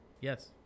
Yes